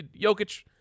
Jokic